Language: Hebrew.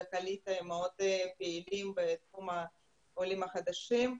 וקעליטה מאוד פעילים בתחום העולים החדשים.